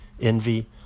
envy